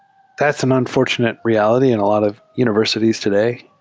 that's an unfortunate reality in a lot of univers ities today.